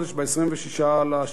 ב-26 ביוני,